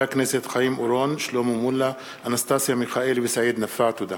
הכנסת 4 סגן מזכירת הכנסת נאזם בדר: